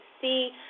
see